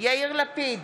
יאיר לפיד,